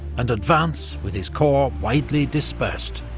and advance with his corps widely dispersed,